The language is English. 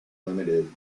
limited